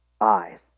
eyes